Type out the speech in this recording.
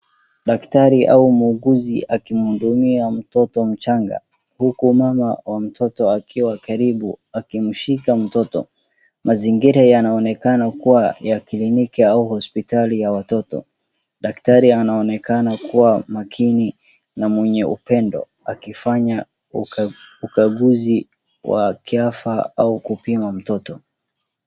Daktari au muuguzi akimhudumia mtoto mdogo , Huku mama ya mtoto akiwa karibu ,akimshika mtoto . Mazingira yanaoneana kuwa ya kliniki au hospitali ya watoto .Daktari anaonekana kuwa makini na mwenye upendo, akifanya ukaguzi wa kiafa au kupima mtoto.